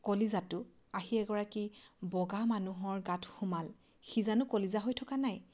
কলিজাটো আহি এগৰাকী বগা মানুহৰ গাত সোমাল সি জানো কলিজা হৈ থকা নাই